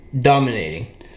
dominating